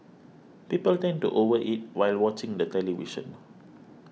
people tend to over eat while watching the television